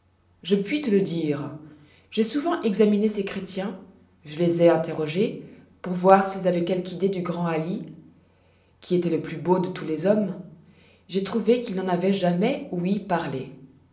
je puis te le dire j'ai souvent examiné ces chrétiens je les ai interrogés pour voir s'ils avoient quelque idée du grand hali qui étoit le plus beau de tous les hommes j'ai trouvé qu'ils n'en avoient jamais ouï parler